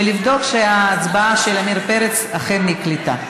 ולבדוק שההצבעה של עמיר פרץ אכן נקלטה.